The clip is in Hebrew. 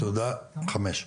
תודה רבה.